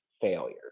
failures